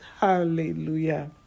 hallelujah